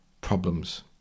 problems